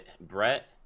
Brett